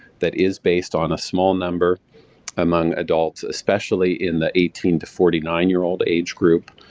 that is based on a small number among adults, especially in the eighteen to forty nine year old age group,